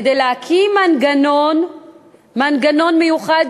להקים מנגנון מיוחד,